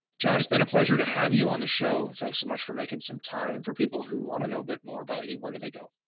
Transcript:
john has been a pleasure to have you on the show. thanks so much for making some time for people who want to know, but more about you. where do they go?